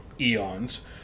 eons